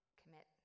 commit